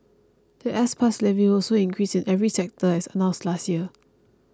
the S Pass levy will also increase in every sector as announced last year